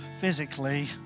physically